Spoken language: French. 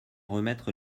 remettre